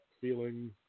feeling